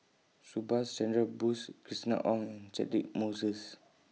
Subhas Chandra Bose Christina Ong Catchick Moses